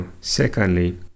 Secondly